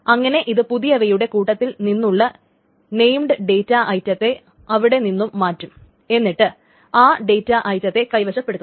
അങ്ങനെ ഇത് പുതിയവയുടെ കൂട്ടത്തിൽ നിന്നുള്ള നെയിംട് ഡേറ്റ ഐറ്റത്തെ അവിടെ നിന്നും മാറ്റും എന്നിട്ട് ആ ഡേറ്റാ ഐറ്റത്തെ കൈവശപ്പെടുത്തും